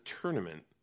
tournament